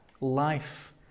Life